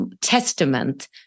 testament